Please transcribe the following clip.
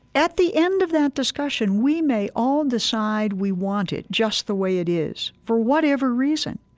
at the end of that discussion, we may all decide we want it just the way it is, for whatever reason,